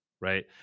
right